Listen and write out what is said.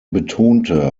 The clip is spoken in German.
betonte